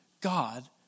God